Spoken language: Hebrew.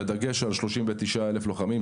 בדגש על 39,000 לוחמים.